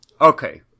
Okay